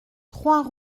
trois